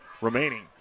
remaining